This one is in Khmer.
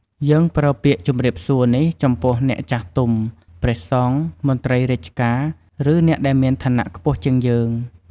យើងប្រើពាក្យជម្រាបសួរនេះចំពោះអ្នកចាស់ទុំ ព្រះសង្ឃ មន្ត្រីរាជការ ឬ អ្នកដែលមានឋានៈខ្ពស់ជាងយើង។